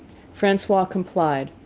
francois complied,